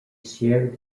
shared